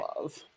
love